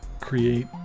Create